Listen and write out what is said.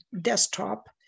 desktop